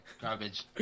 Garbage